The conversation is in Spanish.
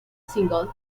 single